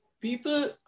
people